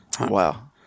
Wow